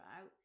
out